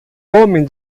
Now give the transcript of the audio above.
homem